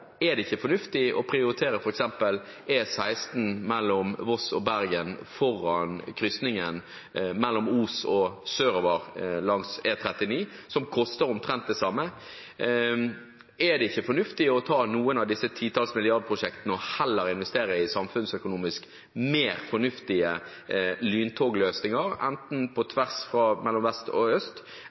Er det ikke fornuftig å prioritere f.eks. E16 mellom Voss og Bergen foran krysningen mellom Os og sørover langs E39, som koster omtrent det samme? Er det ikke fornuftig å ta noen av disse titalls milliardprosjektene og heller investere i samfunnsøkonomisk mer fornuftige lyntogløsninger, enten på tvers mellom vest og øst